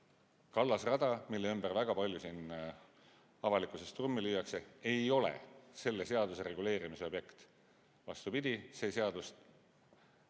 Kallasrada, mille ümber väga palju siin avalikkuses trummi lüüakse, ei ole selle seaduse reguleerimise objekt. Vastupidi, see seadus